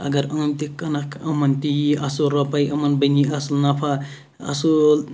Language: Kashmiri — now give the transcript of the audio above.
اَگَر یِم تہٕ کٕنَکھ یِمَن تہِ ییہِ اَصل روپے یِمَن بَنی اَصل نَفع اَصٕل